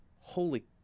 Holy